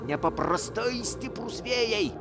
nepaprastai stiprūs vėjai